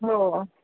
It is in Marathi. हो